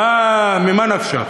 ממה נפשך?